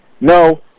no